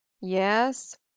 Yes